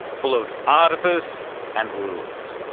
full of artifice and rules.